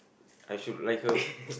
I should like her